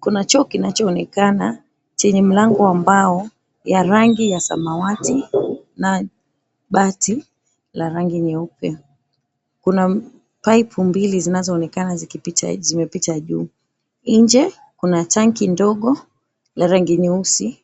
Kuna choo kinachoonekana chenye mlango ya mbao la rangi ya samawati na bati nyeupe. Kuna pipe mbili zinazonekana zimepita juu, nje kuna tanki ndogo la rangi nyeusi